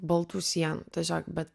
baltų sienų tiesiog bet